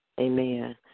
Amen